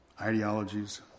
Ideologies